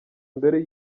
imbere